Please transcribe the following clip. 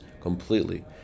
completely